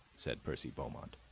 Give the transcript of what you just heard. said percy beaumont.